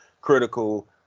critical